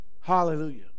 Hallelujah